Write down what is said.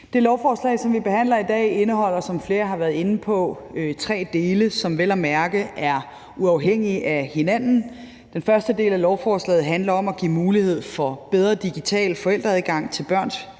Det lovforslag, som vi behandler i dag, indeholder, som flere har været inde på, tre dele, som vel at mærke er uafhængige af hinanden. Den første del af lovforslaget handler om at give mulighed for bedre digital forældreadgang til børns